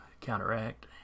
counteract